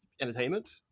entertainment